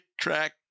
track